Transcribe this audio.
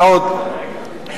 ועוד.